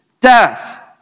death